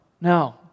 no